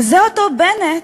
וזה אותו בנט